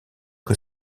que